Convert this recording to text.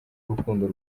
urukundo